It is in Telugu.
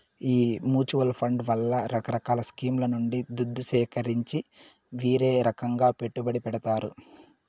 ఈ మూచువాల్ ఫండ్ వాళ్లే రకరకాల స్కీంల నుండి దుద్దు సీకరించి వీరే రకంగా పెట్టుబడి పెడతారు